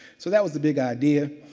so, that was the big idea.